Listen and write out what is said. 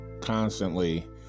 constantly